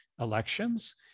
elections